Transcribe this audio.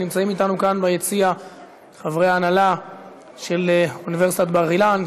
נמצאים אתנו כאן ביציע חברי ההנהלה של אוניברסיטת בר אילן,